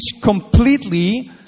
completely